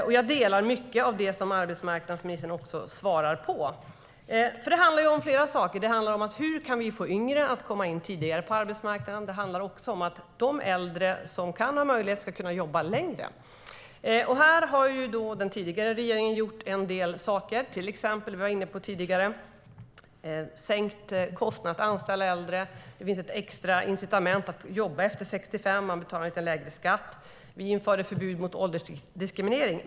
Jag delar också mycket av det som arbetsmarknadsministern säger i sitt svar. Här har den tidigare regeringen gjort en del. Till exempel har vi, som vi var inne på tidigare, sänkt kostnaden för att anställa äldre. Det finns ett extra incitament att jobba efter 65. Man betalar lite lägre skatt. Och vi införde förbud mot åldersdiskriminering.